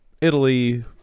italy